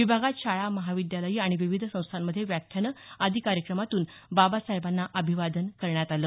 विभागात शाळा महाविद्यालयं आणि विविध संस्थांमध्ये व्याख्यान आदी कार्यक्रमांतून बाबासाहेबांना अभिवादन करण्यात आलं